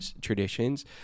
traditions